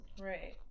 right